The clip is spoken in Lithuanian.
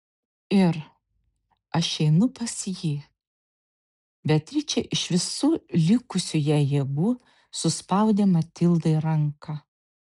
ir aš einu pas jį beatričė iš visų likusių jai jėgų suspaudė matildai ranką